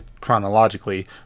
chronologically